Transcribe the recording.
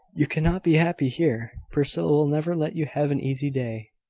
you cannot be happy here. priscilla will never let you have an easy day,